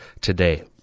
today